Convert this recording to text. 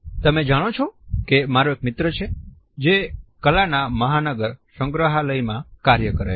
તમે જાણો છો કે મારો એક મિત્ર છે જે કલાના મહાનગર સંગ્રહાલયમાં કાર્ય કરે છે